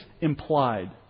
implied